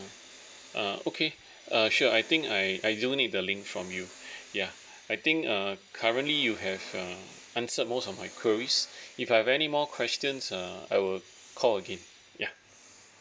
ah okay uh sure I think I I don't need the link from you ya I think uh currently you have uh answered most of my queries if I have any more questions err I will call again yeah